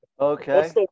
Okay